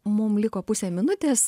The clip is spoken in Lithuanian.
mum liko pusė minutės